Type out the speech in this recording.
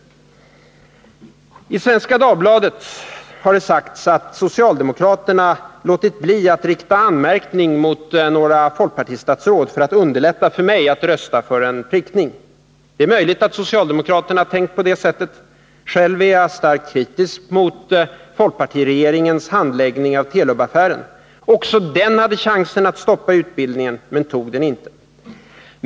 I Svenska Dagbladet har det sagts att socialdemokraterna låtit bli att rikta anmärkning mot några folkpartistiska statsråd för att underlätta för mig att rösta för en prickning. Det är möjligt att socialdemokraterna tänkt på det sättet. Själv är jag starkt kritisk mot folkpartiregeringens handläggning av Telub-affären. Också den hade chansen att stoppa utbildningen, men tog den inte.